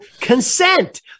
consent